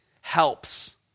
helps